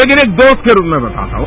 लेकिन एक दोस्त के रूप में बता रहा हूं